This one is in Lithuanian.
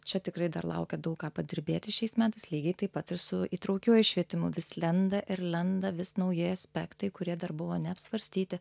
čia tikrai dar laukia daug ką padirbėti šiais metais lygiai taip pat ir su įtraukiuoju švietimu vis lenda ir lenda vis nauji aspektai kurie dar buvo neapsvarstyti